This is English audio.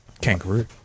Kangaroo